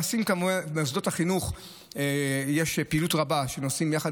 במוסדות החינוך יש פעילות רבה שנעשית יחד